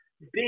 big